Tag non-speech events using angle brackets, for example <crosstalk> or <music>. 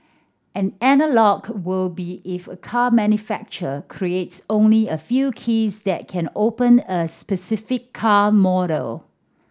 an <unintelligible> will be if a car manufacturer creates only a few keys that can open a specific car model